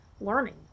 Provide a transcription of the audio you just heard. learning